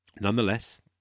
Nonetheless